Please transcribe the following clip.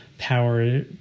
power